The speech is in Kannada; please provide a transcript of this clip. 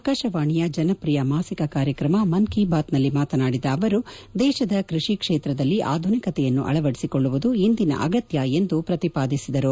ಆಕಾಶವಾಣಿಯ ಜನಪ್ರಿಯ ಮಾಸಿಕ ಕಾರ್ಯಕ್ರಮ ಮನ್ ಕಿ ಬಾತ್ನಲ್ಲಿ ಮಾತನಾಡಿದ ಅವರು ದೇಶದ ಕೃಷಿ ಕ್ಷೇತ್ರದಲ್ಲಿ ಆಧುನಿಕತೆಯನ್ನು ಅಳವಡಿಸಿಕೊಳ್ಳುವುದು ಇಂದಿನ ಅಗತ್ಯ ಎಂದು ಪ್ರತಿಪಾದಿಸಿದರು